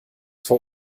vor